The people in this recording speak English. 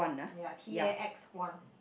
ya T A X one